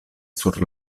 sur